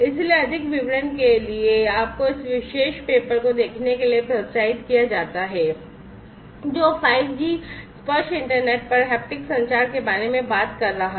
इसलिए अधिक विवरण के लिए आपको इस विशेष पेपर को देखने के लिए प्रोत्साहित किया जाता है जो 5 G स्पर्श इंटरनेट पर हैप्टिक संचार के बारे में बात कर रहा है